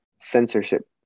censorship